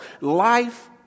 Life